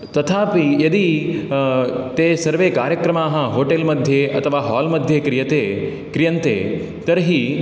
तथापि यदि ते सर्वे कार्यक्रमाः होटेल् मध्ये अथवा हाल् मध्ये क्रीयते क्रियन्ते तर्हि